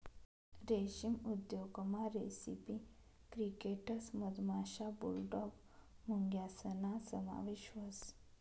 रेशीम उद्योगमा रेसिपी क्रिकेटस मधमाशा, बुलडॉग मुंग्यासना समावेश व्हस